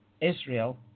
Israel